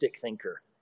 thinker